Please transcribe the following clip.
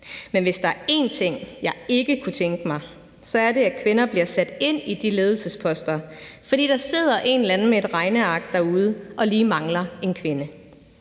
Men hvis der er én ting, jeg ikke kunne tænke mig, så er det, at kvinder bliver sat ind på de ledelsesposter, fordi der sidder en eller anden med et regneark derude og lige mangler en kvinde.